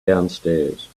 downstairs